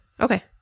Okay